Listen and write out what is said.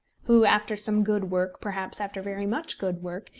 who, after some good work, perhaps after very much good work,